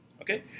Okay